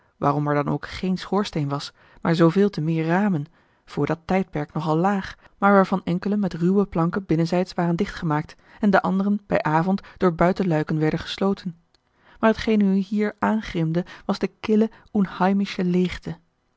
waarom er dan ook geen schoorsteen was maar zooveel te meer ramen voor dat tijdperk nogal laag maar waarvan enkelen met ruwe planken binnenzijds waren dicht gemaakt en de anderen bij avond door buitenluiken werden gesloten maar t geen u hier aangrimde was de kille unheimische leegte